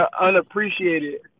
unappreciated